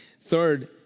Third